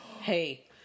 Hey